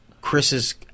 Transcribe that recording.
Chris's